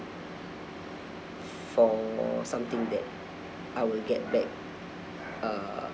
for something that I will get back uh